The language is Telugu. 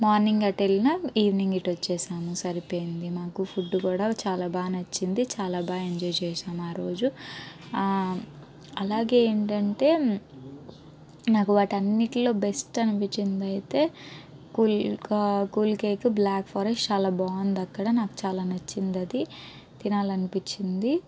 మార్నింగ్ అటు వెళ్ళిన ఈవినింగ్ ఇటు వచ్చేసాము సరిపోయింది మాకు ఫుడ్ కూడా చాలా బాగా నచ్చింది చాలా బాగా ఎంజాయ్ చేసాము ఆరోజు అలాగే ఏంటంటే నాకు వాటన్నిటిలో బెస్ట్ అనిపించింది అయితే కూల్గా కూల్ కేక్ బ్లాక్ ఫారెస్ట్ చాలా బాగుంది అక్కడ నాకు చాలా నచ్చింది అది తినాలనిపించింది